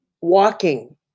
walking